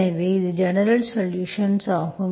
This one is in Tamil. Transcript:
எனவே இது ஜெனரல்சொலுஷன்ஸ் ஆகும்